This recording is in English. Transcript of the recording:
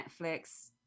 Netflix